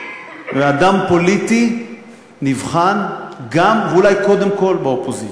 ואדם פוליטי נבחן גם, ואולי קודם כול, באופוזיציה.